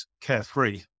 carefree